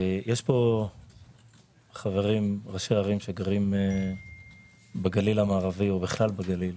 יש פה ראשי ערים שגרים בגליל המערבי או בכלל בגליל